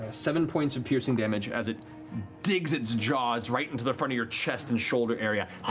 seven points of piercing damage as it digs its jaws right into the front of your chest and shoulder area,